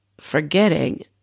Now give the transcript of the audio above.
forgetting